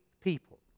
people